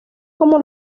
como